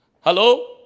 Hello